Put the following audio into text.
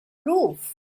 roof